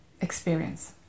experience